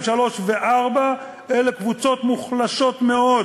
3 ו-4 הם מקבוצות מוחלשות מאוד,